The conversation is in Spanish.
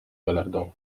galardón